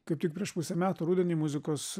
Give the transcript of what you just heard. kaip tik prieš pusę metų rudenį muzikos